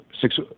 six